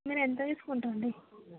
మీరు ఎంత తీసుకుంటారు అండి